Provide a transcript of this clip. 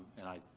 and i.